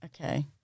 Okay